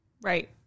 Right